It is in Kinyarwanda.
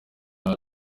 inka